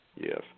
Yes